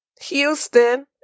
Houston